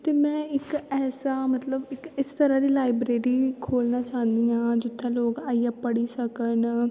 ते में इक ऐसा मतलव की लाईबरेरी खोलना चाह्नी आं जित्थें लोग आईयै पढ़ी सकन